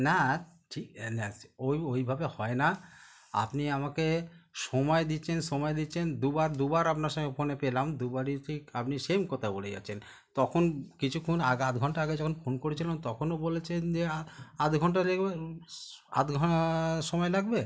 না ঠিক না সে ওই ওইভাবে হয় না আপনি আমাকে সময় দিচ্ছেন সময় দিচ্ছেন দু বার দু বার আপনার সঙ্গে ফোনে পেলাম দু বারই ঠিক আপনি সেম কথা বলে যাচ্ছেন তখন কিছুক্ষণ আগে আধ ঘণ্টা আগে যখন ফোন করেছিলাম তখনও বলেছেন যে আধ ঘণ্টা লাগবে আধ ঘণ্টা সময় লাগবে